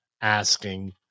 asking